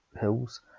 Hills